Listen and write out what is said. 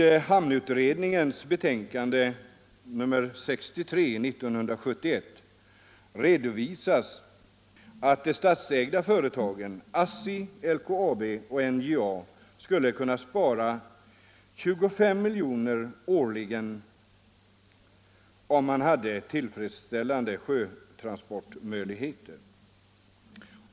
I hamnutredningens betänkande nr 63 år 1971 redovisas att de statsägda företagen ASSI, LKAB och NJA skulle spara in 25 milj.kr. årligen om det fanns tillfredsställande sjötransportmöjligheter.